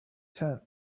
tent